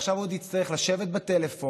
ועכשיו הוא עוד יצטרך לשבת בטלפון,